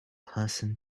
person